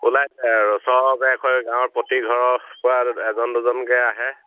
ওলাইছে আৰু চব এক হৈ গাঁৱৰ প্ৰতি ঘৰৰ পৰা এজন দুজনকে আহে